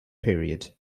period